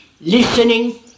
listening